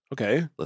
Okay